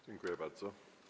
Dziękuję bardzo.